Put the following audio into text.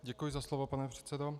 Děkuji za slovo, pane předsedo.